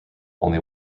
only